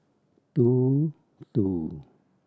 two two